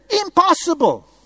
Impossible